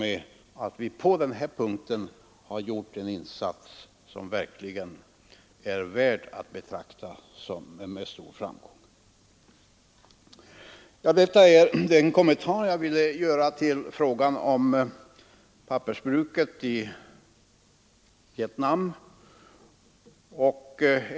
Jag har velat göra denna kommentar till pappersbruket i Vietnam.